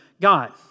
God